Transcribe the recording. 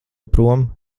prom